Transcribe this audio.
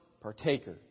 partaker